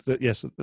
yes